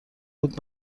بود